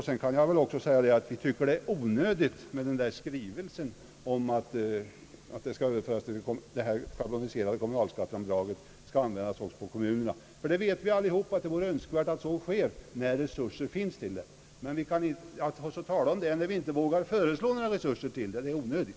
Jag kan väl tilllägga, att vi tycker att det är onödigt med den där skrivelsen om att det schabloniserade kommunalskatteavdraget användes också i fråga om kommunerna. Vi anser alla att det vore önskvärt att så sker när resurser finns till det. Men att tala om den saken när vi inte vågar föreslå de erforderliga resurserna är onödigt.